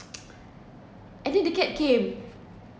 and then the cat came